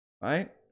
right